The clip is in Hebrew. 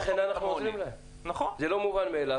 לכן אנחנו עוזרים להם, זה לא מובן מאליו.